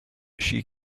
she